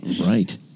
right